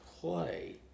play